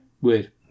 weird